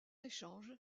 échange